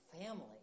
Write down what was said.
family